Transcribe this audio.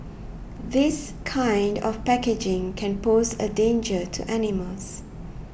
this kind of packaging can pose a danger to animals